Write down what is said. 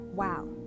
Wow